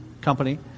company